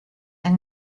and